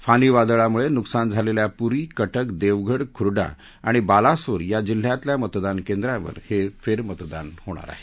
फानी वादळामुळे नुकसान झालेल्या पुरी क क्रि देवगढ खुरडा आणि बालासोर या जिल्ह्यातल्या मतदानकेंद्रवर हे फेरमतदान होणार आहे